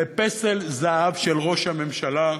לפסל זהב של ראש הממשלה,